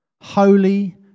holy